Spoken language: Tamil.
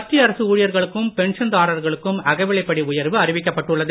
மத்திய அரசு ஊழியர்களுக்கும் பென்ஷன் தாரர்களுக்கும் அகவிலைப்படி உயர்வு அறிவிக்கப்பட்டுள்ளது